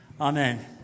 Amen